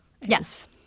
Yes